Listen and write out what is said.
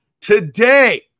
today